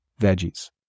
veggies